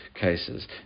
cases